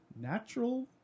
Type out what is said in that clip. Natural